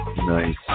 Nice